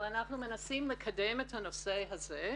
אנחנו מנסים לקדם את הנושא הזה.